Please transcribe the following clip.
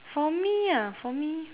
for me ah for me